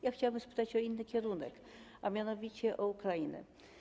Ja chciałabym spytać o inny kierunek, a mianowicie o Ukrainę.